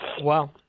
Wow